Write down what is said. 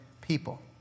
people